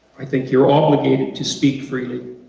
i think you're obligated to speak freely.